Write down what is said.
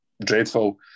dreadful